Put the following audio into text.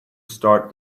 start